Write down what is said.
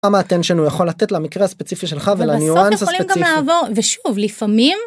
כמה attention הוא יכול לתת למקרה הספציפי שלך ולניוואנס הספציפי... בסוף יכולים גם לעבור, ושוב לפעמים...